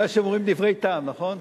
שהם אומרים דברי טעם, נכון?